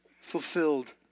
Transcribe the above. fulfilled